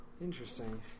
Interesting